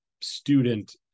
student